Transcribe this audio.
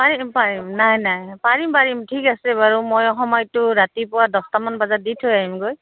পাৰিম পাৰিম নাই নাই পাৰিম পাৰিম ঠিক আছে বাৰু মই সময়তো ৰাতিপুৱা দছটামান বজাত দি থৈ আহিমগৈ